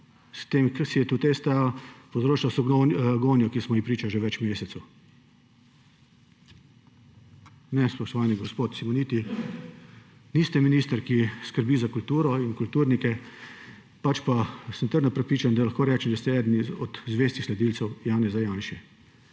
S tem si je tudi STA povzročila gonjo, ki smo ji priča že več mesecev. Ne, spoštovani gospod Simoniti, niste minister, ki skrbi za kulturo in kulturnike, pač pa sem trdno prepričan, lahko rečem, da ste eden od zvestih sledilcev Janeza Janše,